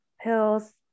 pills